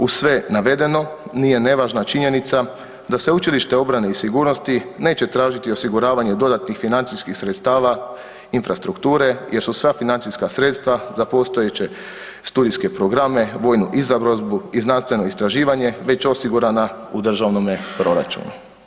Uz sve navedeno nije nevažna činjenica da Sveučilište obrane i sigurnosti neće tražiti osiguravanje dodatnih financijskih sredstava, infrastrukture, jer su sva financijska sredstva za postojeće studijske programe, vojnu izobrazbu i znanstveno istraživanje već osigurana u državnome proračunu.